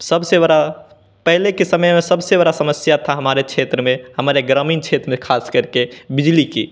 सबसे बड़ा पहले के समय में सबसे बड़ी समस्या थी हमारे क्षेत्र में हमारे ग्रामीण क्षेत्र में ख़ास कर के बिजली की